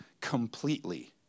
completely